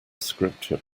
scripture